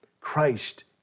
Christ